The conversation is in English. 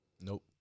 Nope